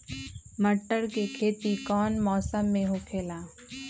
मटर के खेती कौन मौसम में होखेला?